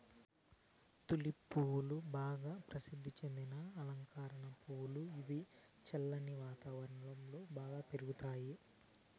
tulip పువ్వులు బాగా ప్రసిద్ది చెందిన అలంకార పువ్వులు, ఇవి చల్లని వాతావరణం లో బాగా పెరుగుతాయి